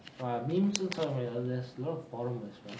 ah memes சொல்ல முடியாது:solla mudiyathu there's a lot of forums as well